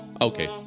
Okay